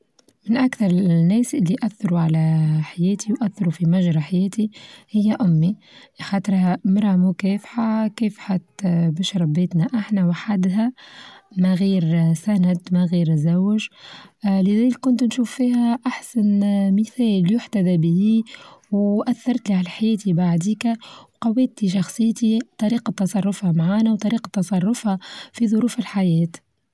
من أكثر الناس اللي أثروا على حياتي وأثروا في مجرى حياتي هي أمي، خاطرها مرا مكافحة كافحت باش ربيتنا أحنا وحدها، من غير سند ما غير زوج، لذلك كنت نشوف فيها أحسن مثال يحتذى به وأثرتلى على حياتي بعديكا وقويتي شخصيتي طريقة تصرفها معانا وطريقة تصرفها في ظروف الحياة.